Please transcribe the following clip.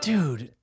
Dude